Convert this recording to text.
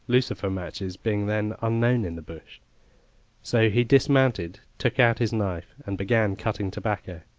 lucifer matches being then unknown in the bush so he dismounted, took out his knife, and began cutting tobacco.